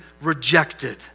rejected